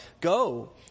Go